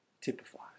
typifies